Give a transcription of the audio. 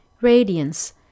radiance